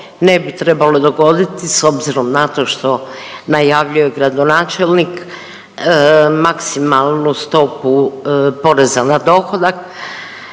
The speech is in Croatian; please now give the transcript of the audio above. ne bi trebalo dogoditi s obzirom na to što najavljuje gradonačelnik maksimalnu stopu poreza na dohodak.